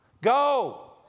go